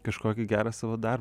kažkokį gerą savo darbą